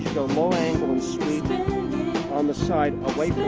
go low angle and sweep on the side away